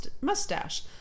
mustache